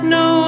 no